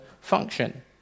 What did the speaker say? function